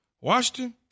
Washington